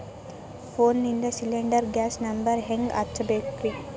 ಫೋನಿಂದ cylinder gas number ಹೆಂಗ್ ಹಚ್ಚ ಬೇಕ್ರಿ?